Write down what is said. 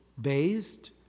Bathed